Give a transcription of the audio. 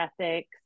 ethics